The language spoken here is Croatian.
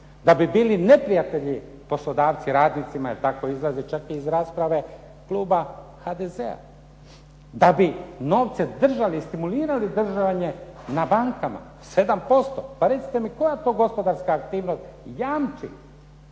da bi bili neprijatelji poslodavci radnicima jer tako izlazi čak i iz rasprave kluba HDZ-a da bi novce držali i stimulirali držanje na bankama, 7%. Pa recite mi koja to gospodarska aktivnost jamči